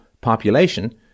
population